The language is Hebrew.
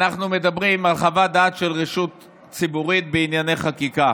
אנחנו מדברים על חוות דעת של רשות ציבורית בענייני חקיקה.